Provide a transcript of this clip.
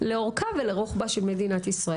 לאורכה ולרוחבה של מדינת ישראל.